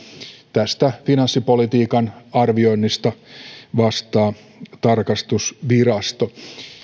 tästä finanssipolitiikan arvioinnista vastaa tarkastusvirasto